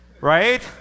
Right